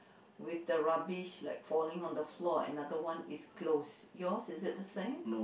with the rubbish like falling on the floor and other one is closed yours is it the same